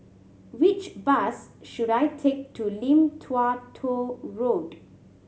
which bus should I take to Lim Tua Tow Road